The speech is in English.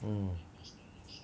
mm